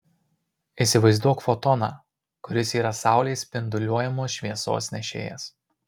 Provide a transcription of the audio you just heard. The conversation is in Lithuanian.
įsivaizduok fotoną kuris yra saulės spinduliuojamos šviesos nešėjas